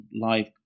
live